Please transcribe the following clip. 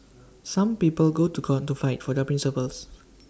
some people go to court to fight for their principles